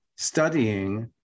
studying